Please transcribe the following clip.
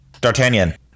D'Artagnan